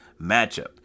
matchup